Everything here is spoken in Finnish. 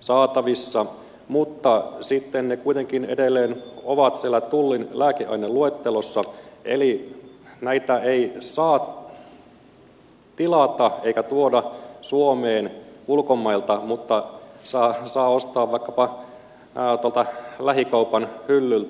saatavissa mutta sitten ne kuitenkin edelleen ovat siellä tullin lääkeaineluettelossa eli näitä ei saa tilata eikä tuoda suomeen ulkomailta mutta saa ostaa vaikkapa tuolta lähikaupan hyllyltä